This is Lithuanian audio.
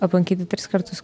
aplankyti tris kartus